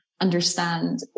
understand